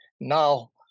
now